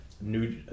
New